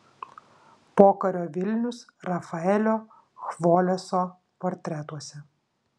pokario vilnius rafaelio chvoleso portretuose